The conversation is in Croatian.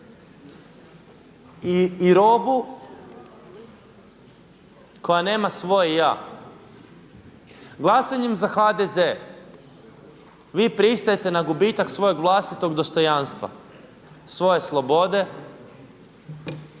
I robu koja nema svoje ja. Glasanjem za HDZ vi pristajete na gubitak svojeg vlastitog dostojanstva, svoje slobode